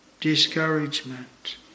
discouragement